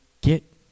get